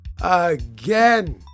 again